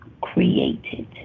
created